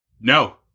No